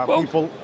People